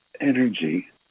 energy